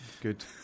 Good